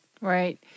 Right